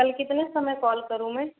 कल कितने समय कॉल करूं मैं